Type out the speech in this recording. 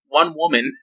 one-woman